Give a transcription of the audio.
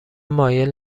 مایل